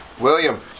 William